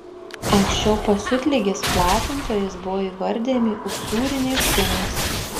anksčiau pasiutligės platintojais buvo įvardijami usūriniai šunys